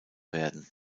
werden